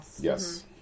Yes